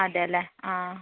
അതെ അല്ലേ ആ